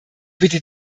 bitte